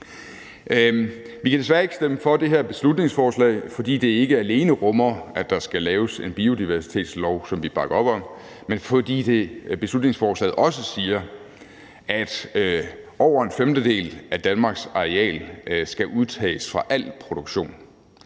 Vi kan desværre ikke stemme for det her beslutningsforslag, fordi det ikke alene rummer, at der skal laves en biodiversitetslov, hvilket vi bakker op om, men fordi beslutningsforslaget også siger, at over en femtedel af Danmarks areal skal udtages fra al produktion.